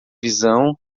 visão